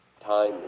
time